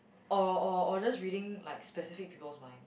or or or just reading like specific people's mind